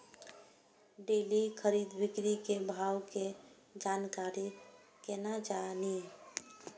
Daily खरीद बिक्री के भाव के जानकारी केना जानी?